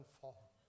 fall